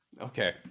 okay